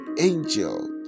angel